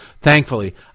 Thankfully